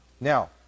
Now